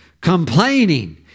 complaining